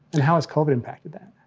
and how has covid impacted that?